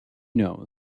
know